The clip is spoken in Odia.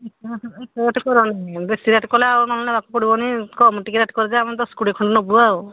କରନି ବେଶୀ ରେଟ୍ କଲେ ଆଉ ନହେଲେ ନବାକୁ ପଡ଼ିବନି କମ୍ ଟିକେ ରେଟ୍ କରିଦେଲେ ଆମେ ଦଶ କୋଡ଼ିଏ ଖଣ୍ଡ ନବୁ ଆଉ